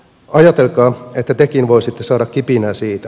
ajatelkaa että tekin voisitte saada kipinää siitä